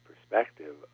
perspective